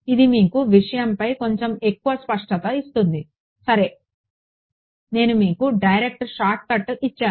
ఇది మీకు విషయంపై కొంచెం ఎక్కువ స్పష్టత ఇస్తుంది సరే నేను మీకు డైరెక్ట్ షార్ట్కట్ ఇచ్చాను